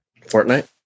Fortnite